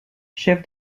chef